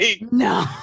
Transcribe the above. No